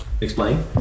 explain